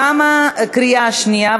תמה הקריאה השנייה.